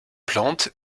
plantes